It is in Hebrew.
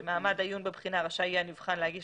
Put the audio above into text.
במעמד העיון בבחינה רשאי יהיה הנבחן להגיש